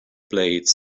blades